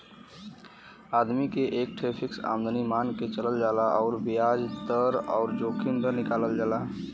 आदमी के एक ठे फ़िक्स आमदमी मान के चलल जाला अउर बियाज दर अउर जोखिम दर निकालल जाला